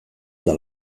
eta